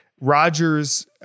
Rodgers